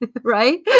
Right